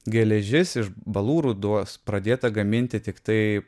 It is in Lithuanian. geležis iš balų rūdos pradėta gaminti tiktai